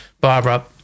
Barbara